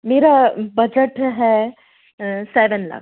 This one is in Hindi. मेरा बजट है सेवेन लाख